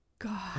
god